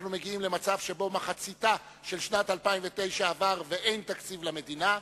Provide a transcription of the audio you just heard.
אנחנו מגיעים למצב שבו מחציתה של שנת 2009 עברה ואין תקציב למדינה.